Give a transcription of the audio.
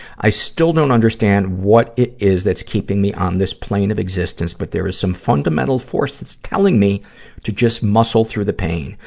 i still don't understand what it is that's keeping me on this plane of existence, but there is some fundamental force that's telling me to just muscle through the pain.